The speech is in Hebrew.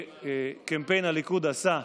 שקמפיין הליכוד עשה,